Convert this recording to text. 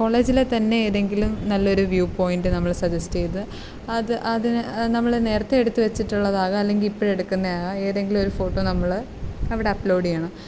കോളേജിലെ തന്നെ ഏതെങ്കിലും നല്ലൊരു വ്യൂ പോയിൻറ് നമ്മൾ സജസ്റ്റ് ചെയ്ത് അത് അതിന് നമ്മൾ നേരത്തേ എടുത്ത് വെച്ചിട്ടുള്ളതാകാം അല്ലെങ്കിൽ ഇപ്പോൾ എടുക്കുന്നതാകാം ഏതെങ്കിലുമൊരു ഫോട്ടോ നമ്മൾ അവിടെ അപ്ലോഡ് ചെയ്യണം